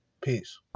Peace